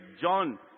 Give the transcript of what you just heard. John